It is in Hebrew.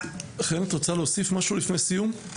חן, את רוצה להוסיף משהו לפני סיום?